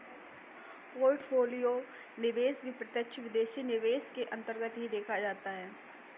portfolio निवेश भी प्रत्यक्ष विदेशी निवेश के अन्तर्गत ही देखा जाता है